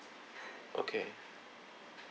okay